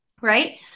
Right